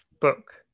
book